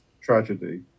tragedy